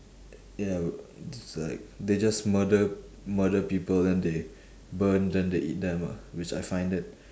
ya it's like they just murder murder people then they burn then they eat them ah which I find that